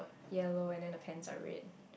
yellow and then the pants are red